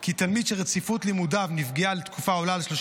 כי תלמיד שרציפות לימודיו נפגעה לתקופה העולה על 30